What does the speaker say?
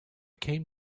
came